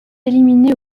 éliminé